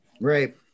Right